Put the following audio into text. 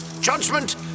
judgment